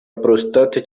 prostate